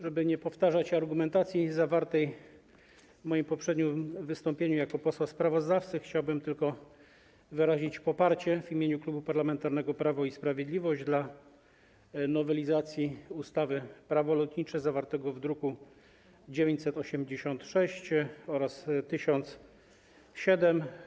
Żeby nie powtarzać argumentacji zawartej w moim poprzednim wystąpieniu jako posła sprawozdawcy, chciałbym tylko wyrazić poparcie w imieniu Klubu Parlamentarnego Prawo i Sprawiedliwość dla nowelizacji ustawy - Prawo lotnicze, druki nr 986 i 1007.